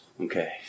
Okay